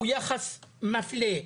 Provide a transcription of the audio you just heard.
הוא יחס מפלה,